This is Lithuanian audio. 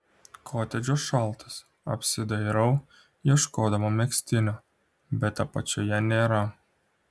kotedžas šaltas apsidairau ieškodama megztinio bet apačioje nėra